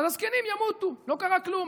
אז הזקנים ימותו, לא קרה כלום.